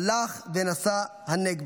הלך ונסע הנגבה.